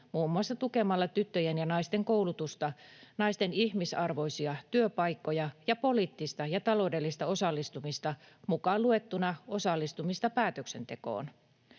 muun muassa tukemalla tyttöjen ja naisten koulutusta, naisten ihmisarvoisia työpaikkoja sekä naisten poliittista ja taloudellista osallistumista, mukaan luettuna osallistumista päätöksentekoon.